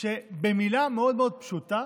שבמילה מאוד מאוד פשוטה